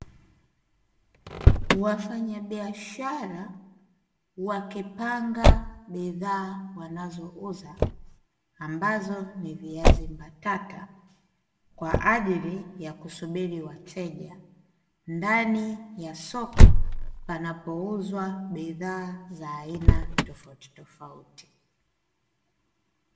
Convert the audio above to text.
Wafanyabiashara wakipanga bidhaa wanazouza, ambazo ni viazi mbatata kwa ajili ya kusubiri wateja ndani ya soko panapouzwa bidhaa za aina tofautitofauti.